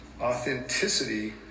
Authenticity